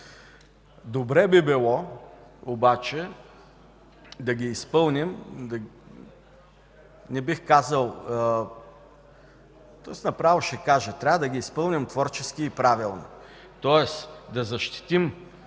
Добре би било обаче да ги изпълним, не бих казал... Направо ще кажа: трябва да ги изпълним творчески и правилно, тоест да защитим